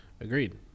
Agreed